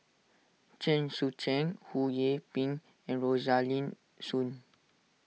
Chen Sucheng Ho Yee Ping and Rosaline Soon